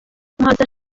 umuhanzi